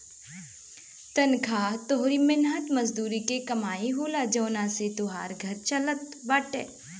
तनखा तोहरी मेहनत मजूरी के कमाई होला जवना से तोहार घर चलत बाटे